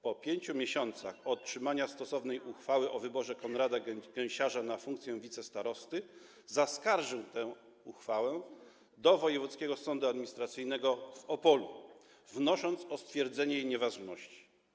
Po 5 miesiącach od otrzymania stosownej uchwały o wyborze Konrada Gęsiarza na funkcję wicestarosty zaskarżył tę uchwałę do Wojewódzkiego Sądu Administracyjnego w Opolu, wnosząc o stwierdzenie jej nieważności.